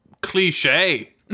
cliche